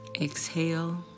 Exhale